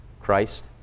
Christ